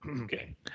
Okay